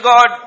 God